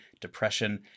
depression